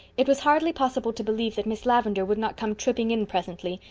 it was hardly possible to believe that miss lavendar would not come tripping in presently,